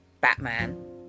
Batman